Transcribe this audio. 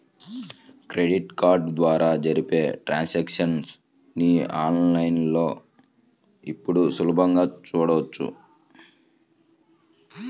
credit card ద్వారా జరిపే transactions ని ఆన్ లైన్ లో ఇప్పుడు సులభంగా చూడొచ్చు